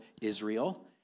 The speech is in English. Israel